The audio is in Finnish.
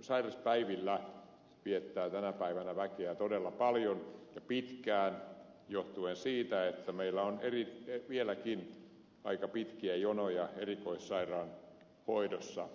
sairauspäivillä viettää tänä päivänä väkeä todella paljon ja pitkään johtuen siitä että meillä on vieläkin aika pitkiä jonoja erikoissairaanhoidossa